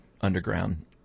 underground